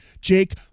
Jake